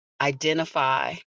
identify